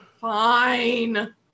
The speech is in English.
Fine